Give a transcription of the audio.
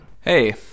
Hey